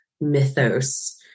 mythos